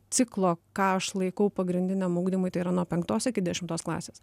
ciklo ką aš laikau pagrindiniam ugdymui tai yra nuo penktos iki dešimtos klasės